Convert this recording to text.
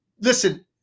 listen